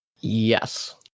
Yes